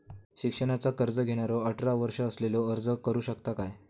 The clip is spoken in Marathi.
शिक्षणाचा कर्ज घेणारो अठरा वर्ष असलेलो अर्ज करू शकता काय?